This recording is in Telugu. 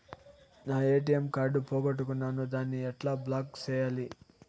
నా ఎ.టి.ఎం కార్డు పోగొట్టుకున్నాను, దాన్ని ఎట్లా బ్లాక్ సేయాలి?